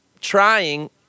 trying